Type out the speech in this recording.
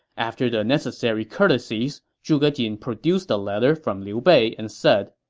after the necessary courtesies, zhuge jin produced the letter from liu bei and said,